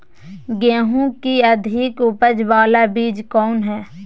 गेंहू की अधिक उपज बाला बीज कौन हैं?